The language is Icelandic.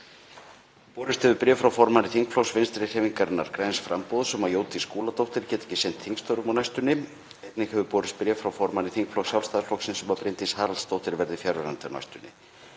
Borist hefur bréf frá formanni þingflokks Vinstrihreyfingarinnar – græns framboðs um að Jódís Skúladóttir geti ekki sinnt þingstörfum á næstunni. Einnig hefur borist bréf frá formanni þingflokks Sjálfstæðisflokksins um að Bryndís Haraldsdóttir verði fjarverandi á næstunni.